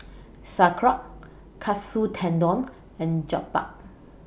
Sauerkraut Katsu Tendon and Jokbal